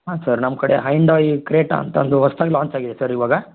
ಹಾಂ ಸರ್ ನಮ್ಮ ಕಡೆ ಹೈಂಡಾಯೀ ಕ್ರೇಟ ಅಂತಂದು ಹೊಸ್ತಾಗ್ ಲಾಂಚಾಗಿದೆ ಸರ್ ಇವಾಗ